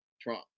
Trump